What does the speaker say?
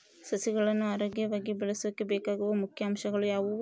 ಸಸಿಗಳನ್ನು ಆರೋಗ್ಯವಾಗಿ ಬೆಳಸೊಕೆ ಬೇಕಾಗುವ ಮುಖ್ಯ ಅಂಶಗಳು ಯಾವವು?